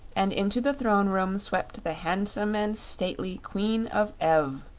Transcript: and into the throne-room swept the handsome and stately queen of ev.